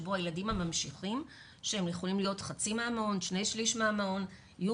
שבו הילדים הממשיכים שהם יכולים להיות חצי או 2/3 מהמעון יהיו